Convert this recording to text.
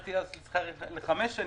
חשבתי שצריך לתת את זה לחמש שנים,